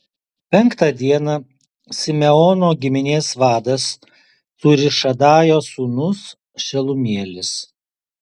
penktą dieną simeono giminės vadas cūrišadajo sūnus šelumielis